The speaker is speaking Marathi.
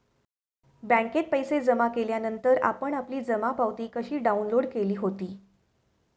बँकेत पैसे जमा केल्यानंतर आपण आपली जमा पावती कशी डाउनलोड केली होती?